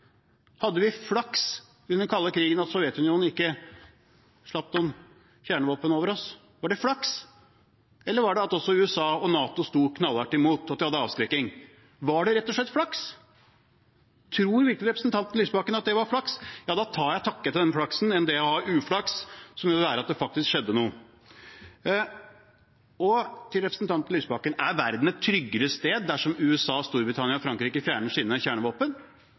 Hadde vi flaks under den kalde krigen siden Sovjetunionen ikke slapp noen kjernevåpen over oss? Var det flaks? Eller var det det at USA og NATO sto knallhardt imot og hadde avskrekking? Var det rett og slett flaks? Tror virkelig representanten Lysbakken at det var flaks? Ja, da tar jeg til takke med den flaksen istedenfor å ha uflaks, som ville være at det skjedde noe. Til representanten Lysbakken: Er verden et tryggere sted dersom USA, Storbritannia og Frankrike fjerner sine kjernevåpen